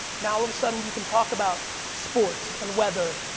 now all of a sudden you can talk about sports and weather.